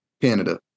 Canada